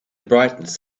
brightness